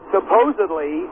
Supposedly